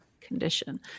condition